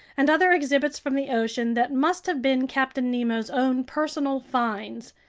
and other exhibits from the ocean that must have been captain nemo's own personal finds.